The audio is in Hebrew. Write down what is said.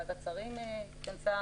ועדת שרים התכנסה,